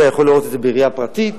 אתה יכול לראות את זה בראייה פרטית